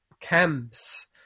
camps